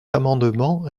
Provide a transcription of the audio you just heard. amendement